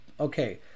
okay